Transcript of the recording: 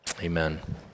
Amen